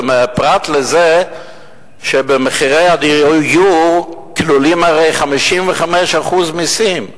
זה פרט לכך שבמחירי הדיור כלולים הרי 55% מסים.